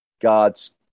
God's